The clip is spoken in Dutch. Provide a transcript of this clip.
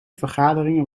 vergaderingen